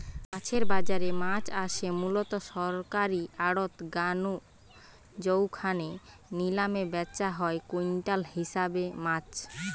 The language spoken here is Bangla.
মাছের বাজারে মাছ আসে মুলত সরকারী আড়ত গা নু জউখানে নিলামে ব্যাচা হয় কুইন্টাল হিসাবে মাছ